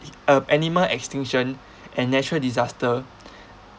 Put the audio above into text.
um animal extinction and natural disaster